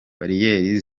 bariyeri